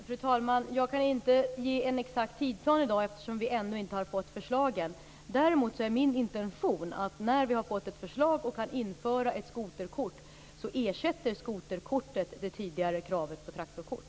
Fru talman! Jag kan inte ange en exakt tidsplan i dag eftersom vi ännu inte har fått förslagen. Däremot är min intention att när vi har fått ett förslag och kan införa ett skoterkort ersätter detta det tidigare kravet på traktorkort.